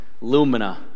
Lumina